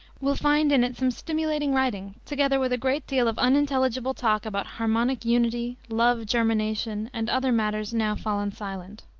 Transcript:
will find in it some stimulating writing, together with a great deal of unintelligible talk about harmonic unity, love germination, and other matters now fallen silent.